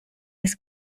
his